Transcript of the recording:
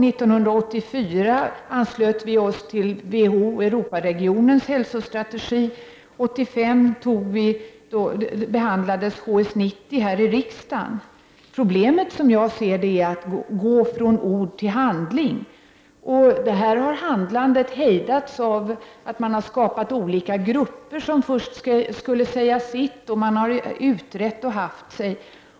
1984 anslöt vi oss till Europaregionens hälsostrategi. 1985 behandlades HS90 här i riksdagen. Problemet som jag ser det är att gå från ord till handling. Här har handlandet hejdats av att man har skapat olika grupper som först skall säga sitt, och man har utrett m.m.